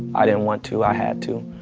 i didn't want to, i had to.